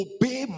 Obey